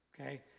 Okay